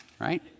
right